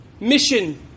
mission